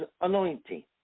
anointing